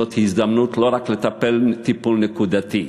זאת הזדמנות לא רק לטפל טיפול נקודתי,